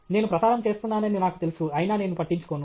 నేను ప్రసారం చేస్తున్నానని నాకు తెలుసు అయినా నేను పట్టించుకోను